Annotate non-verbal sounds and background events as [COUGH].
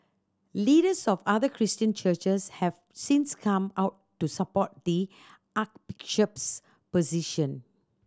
leaders of other Christian churches have since come out to support the [UNINTELLIGIBLE] position